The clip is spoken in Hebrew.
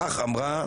כך אמרה,